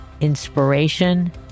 inspiration